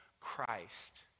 Christ